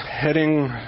heading